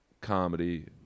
comedy